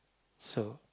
so